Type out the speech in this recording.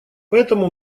поэтому